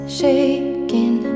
shaking